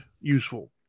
useful